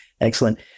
Excellent